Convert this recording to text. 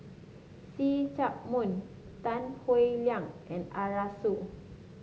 See Chak Mun Tan Howe Liang and Arasu